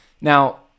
Now